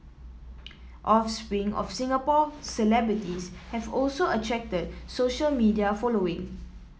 offspring of Singapore celebrities have also attracted social media following